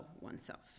oneself